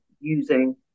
using